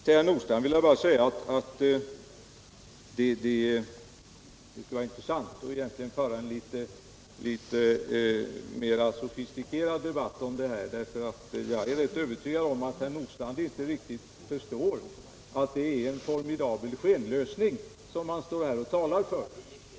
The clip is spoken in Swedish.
Till herr Nordstrandh vill jag bara säga att det skulle vara intressant att föra en något mera sofistikerad debatt om detta ärende, för jag är tämligen övertygad om att herr Nordstrandh inte har förstått att det är en formidabel skenlösning som han här står och talar för.